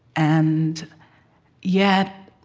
and yet,